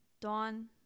Dawn